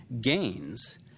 gains